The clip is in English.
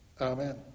Amen